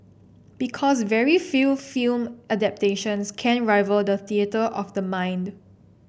because very few film adaptations can rival the theatre of the mind